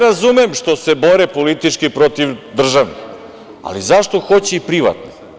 Razumem što se bore politički protiv državnih, ali zašto hoće i privatne?